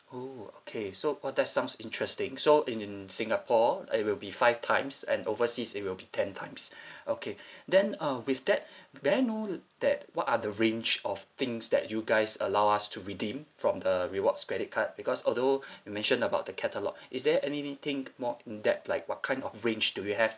oh okay so all that sounds interesting so in in singapore uh it will be five times and overseas it will be ten times okay then uh with that may I know that what are the range of things that you guys allow us to redeem from the rewards credit card because although you mentioned about the catalogue is there anything more in depth like what kind of range do you have